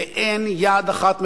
ואין יד אחת מרכזית,